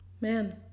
Man